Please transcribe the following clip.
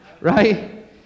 Right